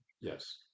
Yes